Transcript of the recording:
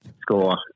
score